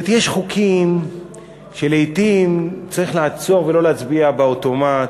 יש חוקים שבהם לעתים צריך לעצור ולא להצביע באוטומט,